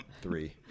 Three